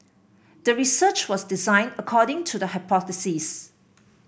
the research was designed according to the hypothesis